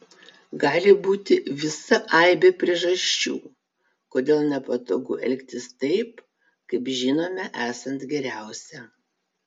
gali būti visa aibė priežasčių kodėl nepatogu elgtis taip kaip žinome esant geriausia